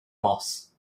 boss